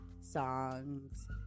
songs